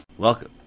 Welcome